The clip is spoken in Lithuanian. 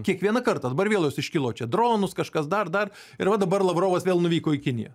kiekvieną kartą dabar vėl jos iškilo čia dronus kažkas dar dar ir va dabar lavrovas vėl nuvyko į kiniją